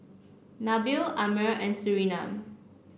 Nabil Ammir and Surinam